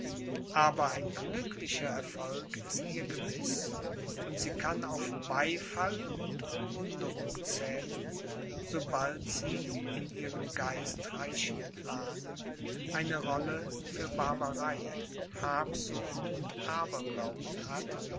aber ein glücklicher erfolg ist ihr gewiß und sie kann auf beifall und bewunderung zählen sobald sie in ihren geistreichen planen eine rolle für barbarei habsucht und aberglauben hat